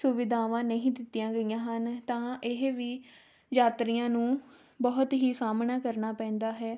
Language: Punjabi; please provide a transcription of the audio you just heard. ਸੁਵਿਧਾਵਾਂ ਨਹੀਂ ਦਿੱਤੀਆਂ ਗਈਆਂ ਹਨ ਤਾਂ ਇਹ ਵੀ ਯਾਤਰੀਆਂ ਨੂੰ ਬਹੁਤ ਹੀ ਸਾਹਮਣਾ ਕਰਨਾ ਪੈਂਦਾ ਹੈ